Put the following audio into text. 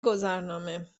گذرنامه